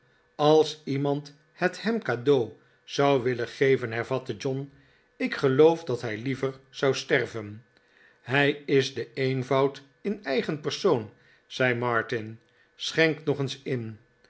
als iemand het hem cadeau zou willen geven hervatte john ik geloof dat hij liever zou sterven hij is de eenvoud in eigen persoon zei martin schenk nog eens in